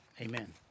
Amen